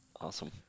Awesome